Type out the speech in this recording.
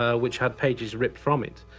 ah which had pages ripped from it.